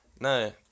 No